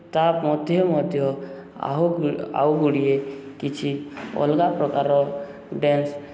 ତା' ମଧ୍ୟେ ମଧ୍ୟ ଆଉ ଆଉ ଗୁଡ଼ିଏ କିଛି ଅଲଗା ପ୍ରକାରର ଡ୍ୟାନ୍ସ୍